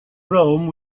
rome